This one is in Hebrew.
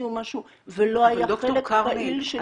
והמציאו משהו ולא היה חלק פעיל של ניסויים קליניים.